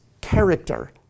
character